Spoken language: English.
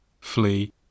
flee